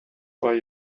buy